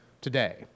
today